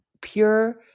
pure